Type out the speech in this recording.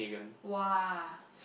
!wah!